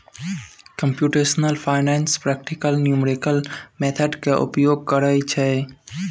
computational finance practical numerical method के उपयोग करइ छइ